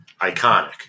iconic